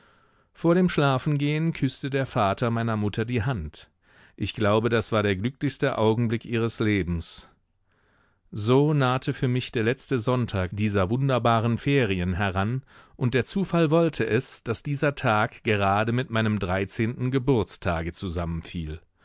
vor dem schlafengehen küßte der vater meiner mutter die hand ich glaube das war der glücklichste augenblick ihres lebens so nahte für mich der letzte sonntag dieser wunderbaren ferien heran und der zufall wollte es daß dieser tag gerade mit meinem dreizehnten geburtstage zusammenfiel